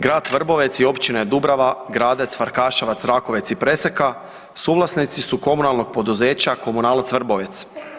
Grad Vrbovec i općine Dubrava, Gradec, Farkaševac, Rakovec i Preseka, suvlasnici su komunalnog poduzeća Komunalac Vrbovec.